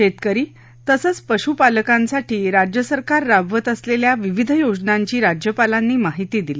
शेतकरी तसंच पशुपालकांसाठी राज्य सरकार राबवत असलेल्या विविध योजनांची राज्यपालांनी माहिती दिली